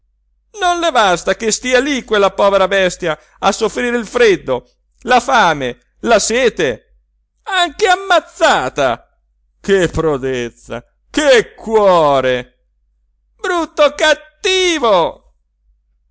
le basta che stia lì quella povera bestia a soffrire il freddo la fame la sete anche ammazzata che prodezza che cuore brutto cattivo